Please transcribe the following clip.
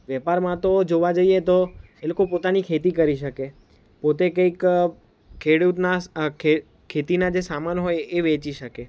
વેપારમાં તો જોવા જઈએ તો એ લોકો પોતની ખેતી કરી શકે પોતે કંઈક ખેડૂતના ખે ખેતીના જે સામાનો હોય એ વેચી શકે